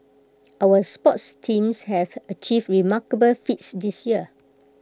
our sports teams have achieved remarkable feats this year